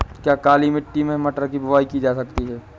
क्या काली मिट्टी में मटर की बुआई की जा सकती है?